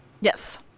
Yes